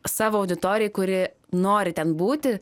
savo auditorijai kuri nori ten būti